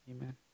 Amen